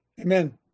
Amen